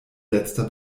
letzter